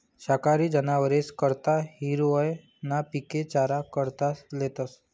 शाकाहारी जनावरेस करता हिरवय ना पिके चारा करता लेतस